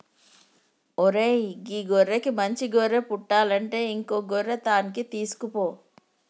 ఓరై గీ గొర్రెకి మంచి గొర్రె పుట్టలంటే ఇంకో గొర్రె తాన్కి తీసుకుపో